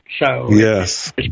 Yes